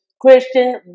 Christian